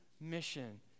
mission